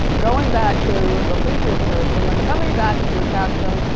going back to the previous page, and then coming back to your captions,